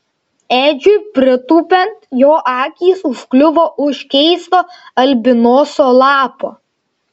edžiui pritūpiant jo akys užkliuvo už keisto albinoso lapo